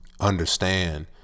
Understand